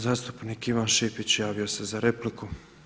Zastupnik Ivan Šipić javio se za repliku.